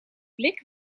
blik